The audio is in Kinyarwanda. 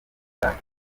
bwaki